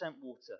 water